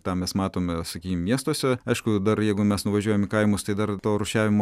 tą mes matome sakykim miestuose aišku dar jeigu mes nuvažiuojam į kaimus tai dar to rūšiavimo